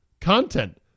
content